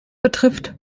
betrifft